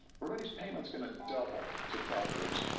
everybody's payments gonna double to calpers.